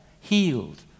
healed